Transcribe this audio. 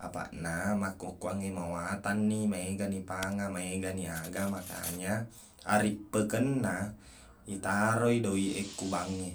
apaqna makkukkuang e mawatangni maegani panga maegani aga makanya arippekenna itaroi doiq e ku bank e